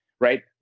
right